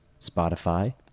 Spotify